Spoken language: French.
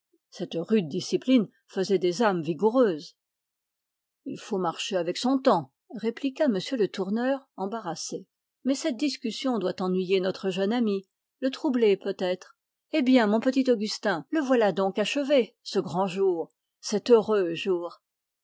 cette rude discipline faisait des âmes vigoureuses il faut marcher avec son temps répliqua m le tourneur embarrassé mais cette discussion doit ennuyer notre jeune ami le troubler peut-être eh bien mon petit augustin le voilà donc achevé ce grand jour cet heureux jour